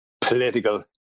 political